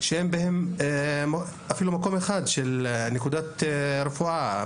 שאין בהם אפילו נקודת רפואה אחת,